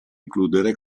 includere